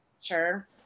sure